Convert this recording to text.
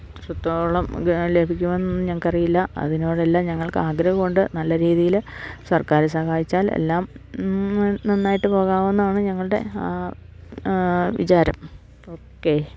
എത്രത്തോളം ലഭിക്കുമെന്നൊന്നും ഞങ്ങൾക്കറിയില്ല അതിനോടെ എല്ലാം ഞങ്ങൾക്ക് ആഗ്രഹം കൊണ്ട് നല്ല രീതിയില് സർക്കാര് സഹായിച്ചാൽ എല്ലാം നന്നായിട്ട് പോകാവെന്നാണ് ഞങ്ങളുടെ വിചാരം ഓക്കെ